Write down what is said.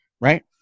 right